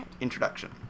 introduction